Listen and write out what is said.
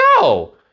No